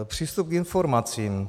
Přístup k informacím.